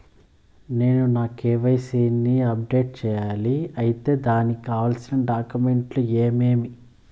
నేను నా కె.వై.సి ని అప్డేట్ సేయాలా? అయితే దానికి కావాల్సిన డాక్యుమెంట్లు ఏమేమీ?